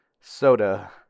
soda